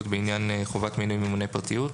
בעניין חובת מינוי ממונה פרטיות.